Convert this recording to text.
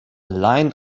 line